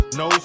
no